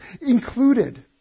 included